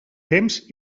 temps